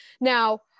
Now